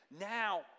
now